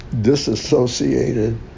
disassociated